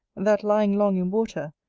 that lying long in water,